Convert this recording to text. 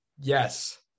Yes